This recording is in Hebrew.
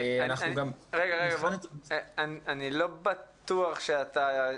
אני לא בטוח שהבנת.